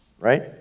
right